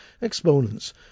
exponents